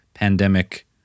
pandemic